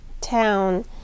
town